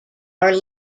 are